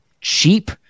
cheap